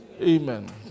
Amen